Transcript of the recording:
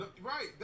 Right